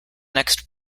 next